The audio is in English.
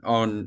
on